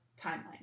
timeline